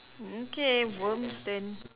mm K worms then